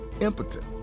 impotent